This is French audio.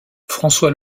françois